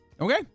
Okay